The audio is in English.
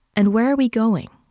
and where are we going?